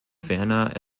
ferner